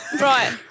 Right